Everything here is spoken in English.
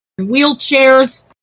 wheelchairs